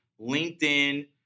LinkedIn